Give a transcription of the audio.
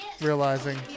Realizing